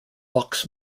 box